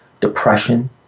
depression